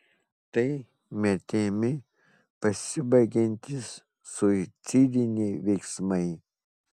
tai mirtimi pasibaigiantys suicidiniai veiksmai